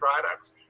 products